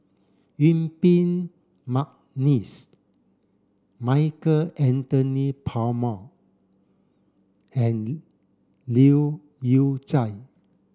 Yuen Peng McNeice Michael Anthony Palmer and Leu Yew Chye